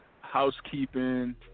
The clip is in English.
housekeeping